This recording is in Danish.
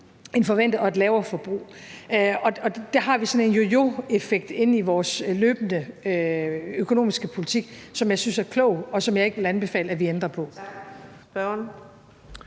på nogle og et lavere forbrug på andre, og der har vi en yoyo-effekt i vores løbende økonomiske politik, som jeg synes er klog, og som jeg ikke vil anbefale at vi ændrer på.